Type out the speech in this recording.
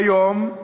כיום,